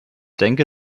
denke